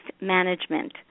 Management